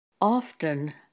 often